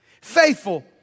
Faithful